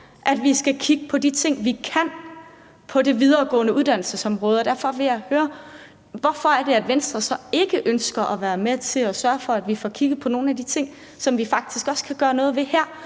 at vi skal kigge på de ting, vi kan, på området for videregående uddannelser. Derfor vil jeg høre, hvorfor Venstre så ikke ønsker at være med til at sørge for, at vi får kigget på nogle af de ting, som vi faktisk også kan gøre noget ved her.